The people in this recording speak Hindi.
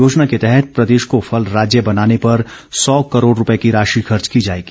योजना के तहत प्रदेश को फल राज्य बनाने पर सौ करोड़ रूपए की राशि खर्च की जाएगी